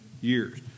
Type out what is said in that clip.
years